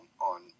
on